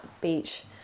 beach